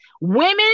Women